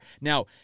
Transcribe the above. now